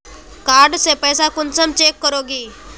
Card से पैसा कुंसम चेक करोगी?